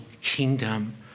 kingdom